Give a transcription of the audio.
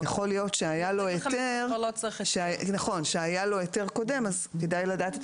יכול להיות שהיה לו היתר קודם אז כדאי לדעת את